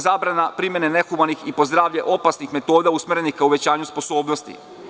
Zabrana primene nehumanih i po zdravlje opasnih metoda usmerenih ka uvećanju sposobnosti.